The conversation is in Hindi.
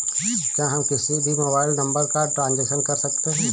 क्या हम किसी भी मोबाइल नंबर का ट्रांजेक्शन कर सकते हैं?